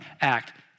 act